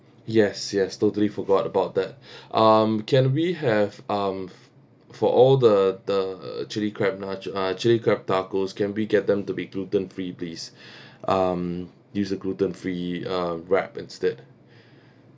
yes yes totally forgot about that um can we have um for all the the chilli crab nach~ uh chili crab tacos can we get them to be gluten free please um use a gluten free uh wrap instead